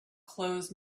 close